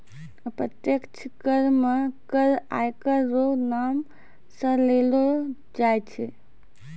अप्रत्यक्ष कर मे कर आयकर रो नाम सं लेलो जाय छै